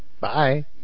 Bye